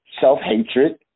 self-hatred